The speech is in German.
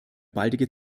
baldige